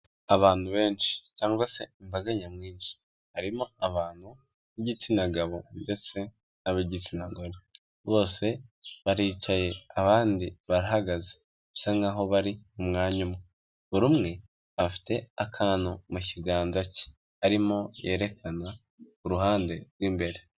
Abantu benshi cyangwa se imbaga nyamwinshi, harimo abantu b'igitsina gabo ndetse n'ab'igitsina gore, bose baricaye abandi barahagaze bisa nkaho bari mu mwanya umwe, buri umwe afite akantu mu kiganza cye arimo yerekana ku ruhande rw'imbere.